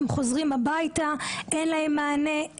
הם חוזרים הביתה אין להם מענה,